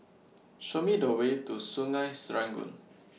Show Me The Way to Sungei Serangoon